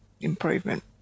improvement